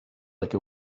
like